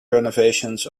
renovations